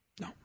No